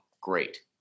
great